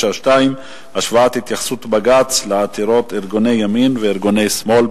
השוואת התייחסות בג"ץ לעתירות ארגוני ימין וארגוני שמאל.